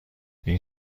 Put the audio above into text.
این